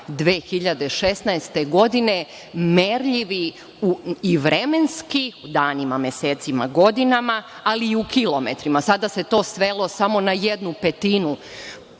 2016. godine, merljivi i vremenski, danima, mesecima, godinama, ali i u kilometrima. Sada se to svelo samo na jednu petinu